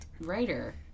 writer